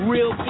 Real